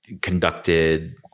conducted